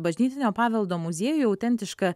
bažnytinio paveldo muziejui autentišką